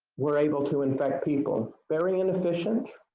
were able to infect people. very inefficient,